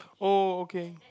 oh okay